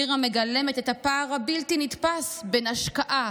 עיר המגלמת את הפער הבלתי-נתפס בין השקעה,